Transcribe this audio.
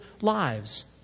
lives